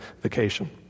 vacation